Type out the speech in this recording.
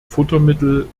futtermittel